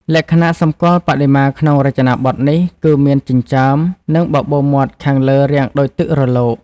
លក្ខណៈសម្គាល់បដិមាក្នុងរចនាបថនេះ គឺមានចិញ្ចើម និងបបូរមាត់ខាងលើរាងដូចទឹករលក។